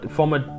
Former